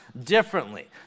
Differently